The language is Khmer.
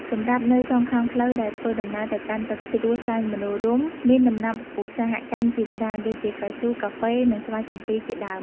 សម្រាប់នៅសងខាងផ្លូវដែលធ្វើដំណើរទៅកាន់ទឹកជ្រោះសែនមនោរម្យមានដំណាំឧស្សាហកម្មជាច្រើនដូចជា កៅស៊ូ កាហ្វេ និងស្វាយចន្ទីជាដើម។